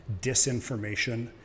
disinformation